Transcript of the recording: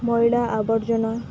ମଇଳା ଆବର୍ଜନା